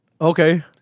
Okay